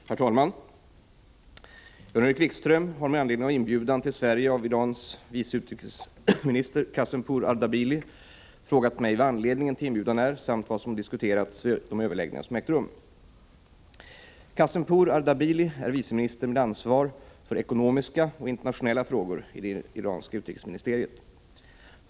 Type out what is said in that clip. Herr talman! Jan-Erik Wikström har, med anledning av inbjudan till Sverige av Irans vice utrikesminister Kazempour Ardabili, frågat mig vad anledningen till inbjudan är samt vad som har diskuterats vid de överläggningar som ägt rum. Kazempour Ardabili är vice minister med ansvar för ekonomiska och internationella frågor i det iranska utrikesministeriet.